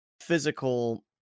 physical